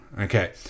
Okay